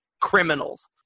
criminals